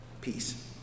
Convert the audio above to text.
Peace